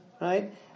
right